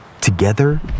Together